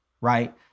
right